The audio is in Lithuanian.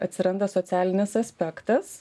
atsiranda socialinis aspektas